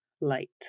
light